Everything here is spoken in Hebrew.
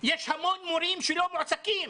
יש המון מורים שלא מועסקים,